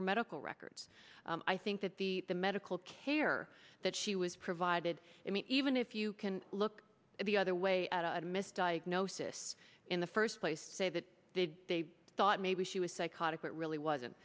her medical records i think that the the medical care that she was provided i mean even if you can look the other way at a misdiagnosis in the first place to say that they thought maybe she was psychotic it really wasn't